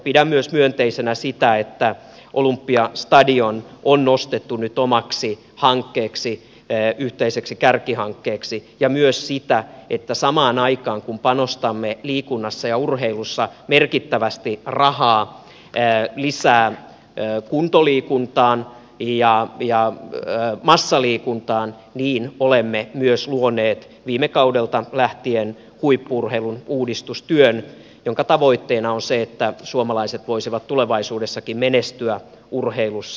pidän myös myönteisenä sitä että olympiastadion on nostettu nyt omaksi hankkeeksi yhteiseksi kärkihankkeeksi ja myös sitä että samaan aikaan kun panostamme liikunnassa ja urheilussa merkittävästi rahaa lisää kuntoliikuntaan ja massaliikuntaan niin olemme myös luoneet viime kaudelta lähtien huippu urheilun uudistustyön jonka tavoitteena on se että suomalaiset voisivat tulevaisuudessakin menestyä urheilussa